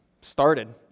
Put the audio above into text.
started